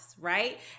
right